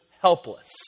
helpless